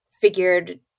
figured